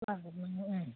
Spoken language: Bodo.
जागोन उम